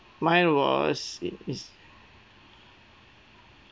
mine was is is